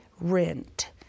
rent